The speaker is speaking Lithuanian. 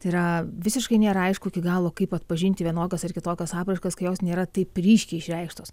tai yra visiškai nėra aišku iki galo kaip atpažinti vienokios ar kitokios apraiškas kai jos nėra taip ryškiai išreikštos